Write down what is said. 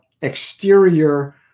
exterior